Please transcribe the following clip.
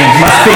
נא לצאת.